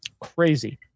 Crazy